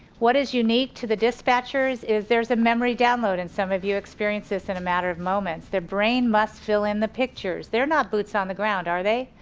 what is unique to the dispatchers is there's a memory download and some of you experience this in a manner of moments. their brain must fill in the pictures. they're not boots on the ground are they?